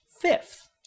fifth